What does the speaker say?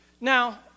Now